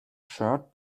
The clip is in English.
shirt